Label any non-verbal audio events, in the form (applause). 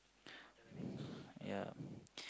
(breath) yeah